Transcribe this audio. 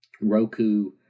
Roku